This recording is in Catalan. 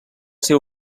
seu